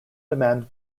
demand